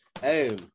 Hey